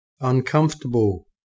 Uncomfortable